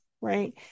right